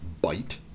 bite